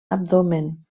abdomen